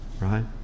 Right